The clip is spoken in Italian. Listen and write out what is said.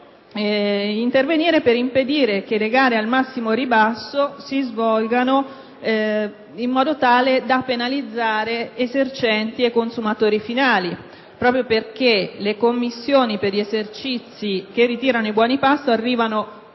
vengono adeguati, e per impedire che le gare al massimo ribasso si svolgano in modo tale da penalizzare esercenti e consumatori finali considerato che le commissioni per gli esercizi che ritirano i buoni pasto arrivano